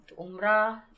Umrah